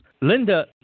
Linda